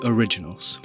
Originals